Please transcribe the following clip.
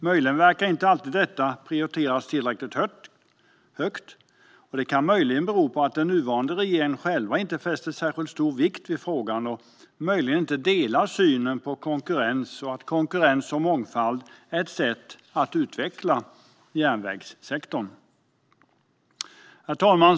Möjligen verkar inte alltid detta prioriteras tillräckligt högt - kan det möjligen bero på att den nuvarande regeringen själv inte fäster särskilt stor vikt vid frågan och kanske inte delar synen att konkurrens och mångfald är ett sätt att utveckla järnvägssektorn? Herr talman!